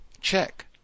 check